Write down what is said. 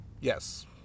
yes